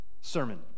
sermon